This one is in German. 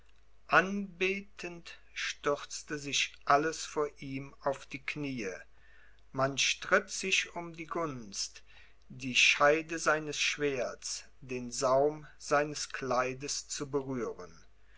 anbetend stürzte sich alles vor ihm auf die kniee man stritt sich um die gunst die scheide seines schwerts den saum seines kleides zu berühren